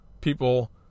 people